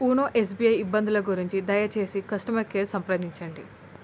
YONO SBI ఇబ్బందుల గురించి దయచేసి కస్టమర్ కేర్ సంప్రదించండి